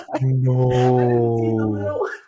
no